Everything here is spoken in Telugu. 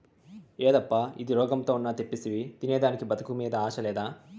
యేదప్పా ఇది, రోగంతో ఉన్న తెప్పిస్తివి తినేదానికి బతుకు మీద ఆశ లేదా